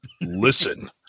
listen